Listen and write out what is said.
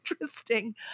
interesting